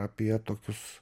apie tokius